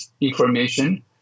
information